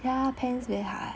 ya pants very hard